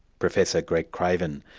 professor greg craven.